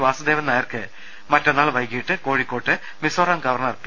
വാസുദേവൻ നായർക്ക് മറ്റന്നാൾ വൈകിട്ട് കോഴിക്കോട്ട് മിസോറാം ഗവർണർ പി